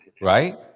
right